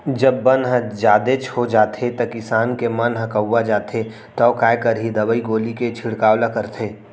जब बन ह जादेच हो जाथे त किसान के मन ह कउवा जाथे तौ काय करही दवई गोली के छिड़काव ल करथे